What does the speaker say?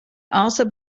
also